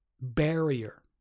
barrier